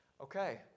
okay